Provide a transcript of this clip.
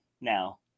now